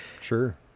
Sure